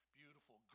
beautiful